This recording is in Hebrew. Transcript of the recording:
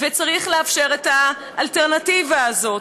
וצריך לאפשר את האלטרנטיבה הזאת.